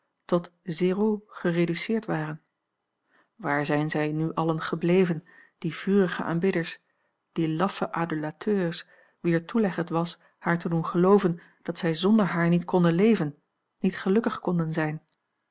tot zéro gereduceerd waren waar zijn zij nu allen gebleven die vurige aanbidders die laffe adulateurs wier toeleg het was haar te doen gelooven dat zij zonder haar niet konden leven niet gelukkig konden zijn